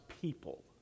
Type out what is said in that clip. people